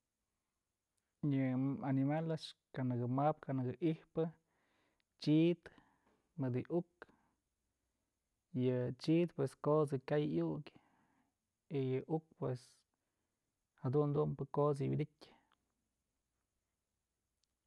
Yë animal a'ax kënëk map kënë ijpë chid mëdë yë ukë, yë chid pues kot's yë kyay iukë y yë uk pued jadun dumbë kot's yë wi'idytyë.